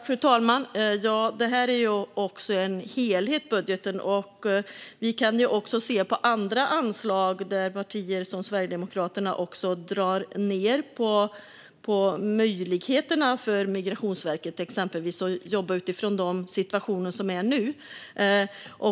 Fru talman! Budgeten är ju en helhet, och vi kan se på andra anslag där partier som Sverigedemokraterna drar ned på exempelvis Migrationsverkets möjligheter att jobba utifrån de situationer som är nu.